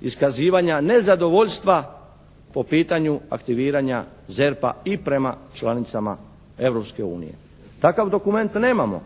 iskazivanja nezadovoljstva po pitanju aktiviranja ZERP-a i prema članicama Europske unije. Takav dokument nemamo.